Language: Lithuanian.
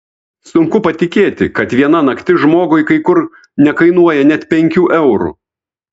sunku patikėti kad viena naktis žmogui kai kur nekainuoja net penkių eurų